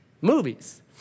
Movies